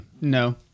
No